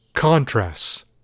Contrasts